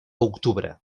octubre